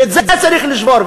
ואת זה צריך לשבור,